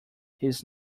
his